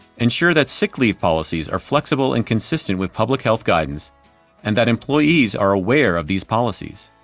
ensure that sick leave policies are flexible and consistent with public health guidance and that employees are aware of these policies.